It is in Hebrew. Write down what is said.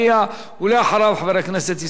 חבר הכנסת ישראל אייכלר,